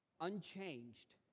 unchanged